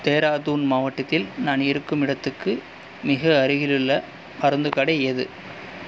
தேராதூன் மாவட்டத்தில் நான் இருக்கும் இடத்துக்கு மிக அருகிலுள்ள மருந்துக் கடை எது